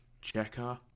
checker